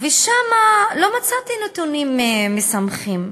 ושם לא מצאתי נתונים משמחים.